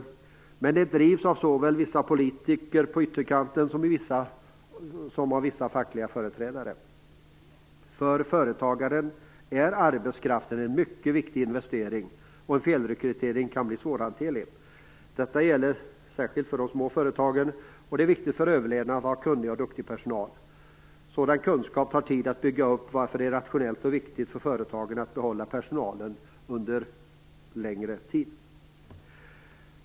Men det drivs av såväl vissa politiker på ytterkanten som av vissa fackliga företrädare. För företagen är arbetskraften en mycket viktig investering. En felrekrytering kan bli svårhanterlig. Detta gäller särskilt för de små företagen. Det är viktigt för överlevnaden att ha kunnig och duktig personal. Sådan kunskap tar tid att bygga upp. Därför är det rationellt och viktigt för företagen att behålla personalen under längre tid.